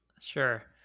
Sure